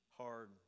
hard